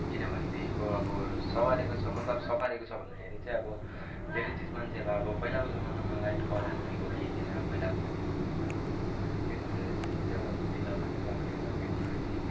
किनभनेदेखिको अब सपारेको छ मतलब सपारेको छ भन्दाखेरि चाहिँ अब धेरै चिज मान्छेहरूलाई अब पहिलाको जमानामा लाइट करेन्ट भनेको केही थिएन पहिलाको मान्छेहरूको जमानामा अब टेक्नोलोजीले चाहिँ एउटा बुद्धि लगाएर चाहिँ अब अगाडि एउटा टेक्नोलोजी